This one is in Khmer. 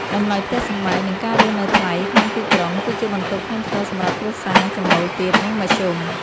តម្លៃផ្ទះសម្បែង និងការរស់នៅថ្លៃក្នុងទីក្រុង គឺជាបន្ទុកធ្ងន់ធ្ងរសម្រាប់គ្រួសារចំណូលទាប និងមធ្យម។